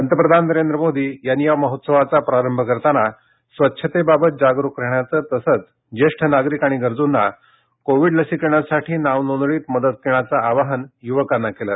पंतप्रधान नरेंद्र मोदी यांनी या महोत्सवाचा प्रारंभ करताना स्वच्छतेबाबत जागरूक राहण्याचं तसंच ज्येष्ठ नागरिक आणि गरजूंना कोविड लसीकरणासाठी नाव नोंदणीत मदत करण्याचं आवाहन युवकांना केलं